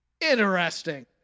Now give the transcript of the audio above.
interesting